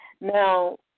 Now